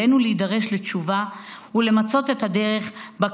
עלינו להידרש לתשובה ולמצוא את הדרך שבה